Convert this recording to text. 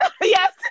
Yes